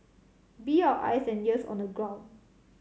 be our eyes and ears on the ground